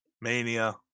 Mania